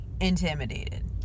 intimidated